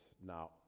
now